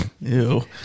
Ew